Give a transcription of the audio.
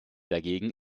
dagegen